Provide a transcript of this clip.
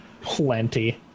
Plenty